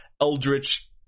eldritch